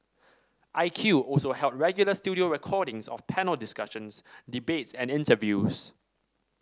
I Q also held regular studio recordings of panel discussions debates and interviews